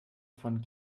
von